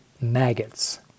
maggots